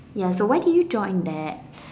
ya so why did you join that